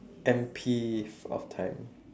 ample of time